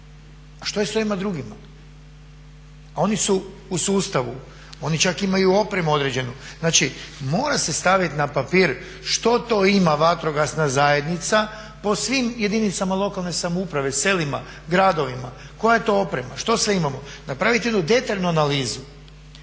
što je sa ovima drugima? A oni su u sustavu, oni čak imaju opremu određeno, znači mora se staviti na papir što to ima vatrogasna zajednica po svim jedinicama lokalne samouprave, selima, gradovima, koja je to oprema, što sve imamo? Napravite jednu detaljnu analizu,